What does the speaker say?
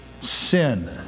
sin